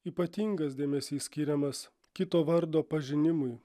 ypatingas dėmesys skiriamas kito vardo pažinimui